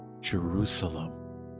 Jerusalem